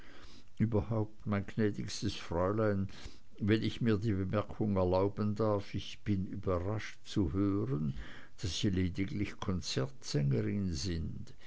überhaupt mein gnädiges fräulein wenn ich mir die bemerkung erlauben darf ich bin überrascht zu hören daß sie lediglich konzertsängerin sind